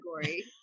category